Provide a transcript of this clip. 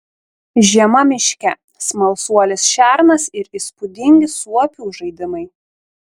žiema miške smalsuolis šernas ir įspūdingi suopių žaidimai